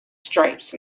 stripes